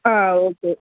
ஆ okay